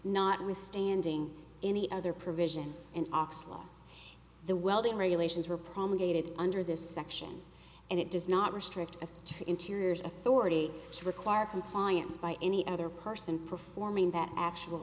notwithstanding any other provision in ox law the welding regulations were promulgated under this section and it does not restrict a interiors authority to require compliance by any other person performing that actual